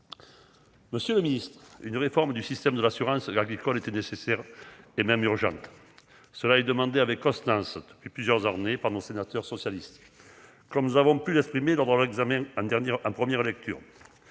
Monsieur le ministre, une réforme du système de l'assurance agricole était nécessaire et même urgente. Celle-ci est demandée, avec constance, depuis plusieurs années, par les sénateurs socialistes. Comme nous l'avons exprimé en première lecture,